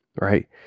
Right